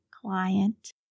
client